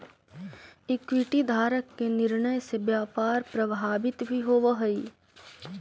equity धारक के निर्णय से व्यापार प्रभावित भी होवऽ हइ